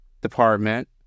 Department